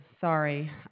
sorry